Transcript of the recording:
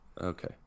Okay